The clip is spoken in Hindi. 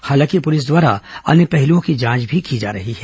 हालांकि पुलिस द्वारा अन्य पहलुओं की जांच भी की जा रही है